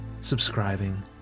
subscribing